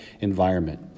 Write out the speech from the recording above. environment